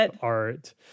art